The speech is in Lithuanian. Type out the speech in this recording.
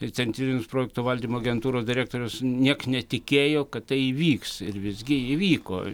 ir centrinis projektų valdymo agentūros direktorius nieks netikėjo kad tai įvyks ir visgi įvyko